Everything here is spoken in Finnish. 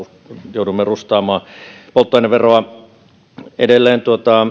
joudumme rustaamaan polttoaineveroa